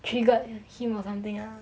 triggered him or something lah